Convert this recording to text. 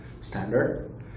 Standard